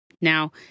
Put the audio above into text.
Now